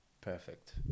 perfect